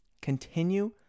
continue